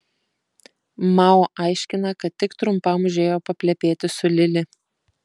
mao aiškina kad tik trumpam užėjo paplepėti su lili